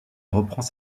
reprend